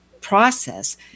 process